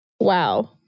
Wow